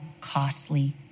costly